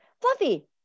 fluffy